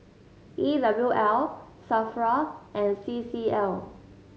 E W L Safra and C C L